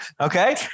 Okay